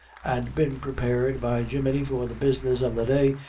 and been prepared by jemmy for the business of the day,